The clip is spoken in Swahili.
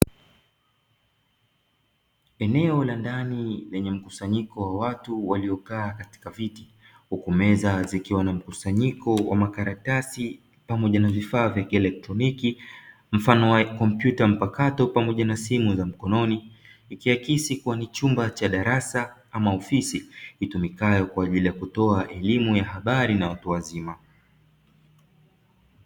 Eneo la ndani lenye mkusanyiko wa watu waliokaa katika viti, huku meza zikiwa na mkusanyiko wa makaratasi pamoja vifaa vya kielekroniki mfano wa kompyuta mpakato pamoja na simu za mkononi. Ikiakisi kuwa ni chumba cha darasa ama ofisi itumikayo kwa ajili ya elimu ya habari na watu wazima.